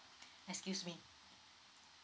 excuse me